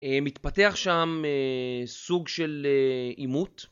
מתפתח שם סוג של אימות.